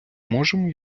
можемо